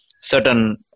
certain